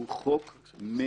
הוא חוק מיותר.